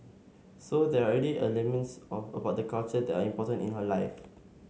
so there are already elements about the culture that are important in her life